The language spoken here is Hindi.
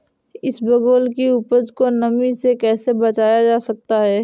इसबगोल की उपज को नमी से कैसे बचाया जा सकता है?